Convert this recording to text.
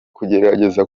kugerageza